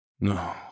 No